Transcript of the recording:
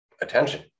attention